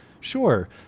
sure